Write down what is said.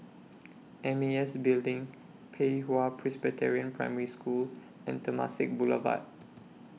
M A S Building Pei Hwa Presbyterian Primary School and Temasek Boulevard